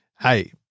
Hey